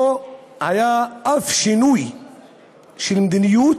לא היה שום שינוי של מדיניות,